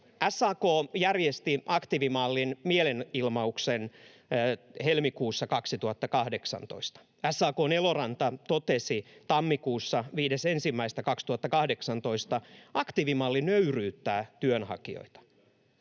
SAK järjesti aktiivimallin mielenilmauksen helmikuussa 2018. SAK:n Eloranta totesi tammikuussa, 5.1.2018: ”Aktiivimalli nöyryyttää työnhakijoita.”